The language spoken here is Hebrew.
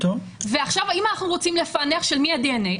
אם אנחנו רוצים לפענח של מי הדנ"א,